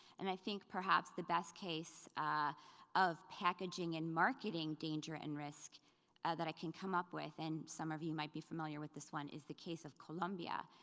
and i think perhaps the best case of packaging and marketing danger and risk that i can come up with, and some of you might be familiar with this one, is the case of colombia.